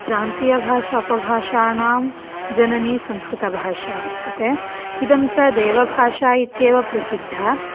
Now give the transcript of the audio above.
प्रान्तीयभाषापभाषाणां जननी संस्कृतभाषा वर्तते इदं च देवभाषा इत्येव प्रसिद्धा